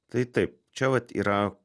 tai taip čia vat yra